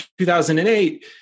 2008